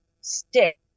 stick